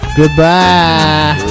Goodbye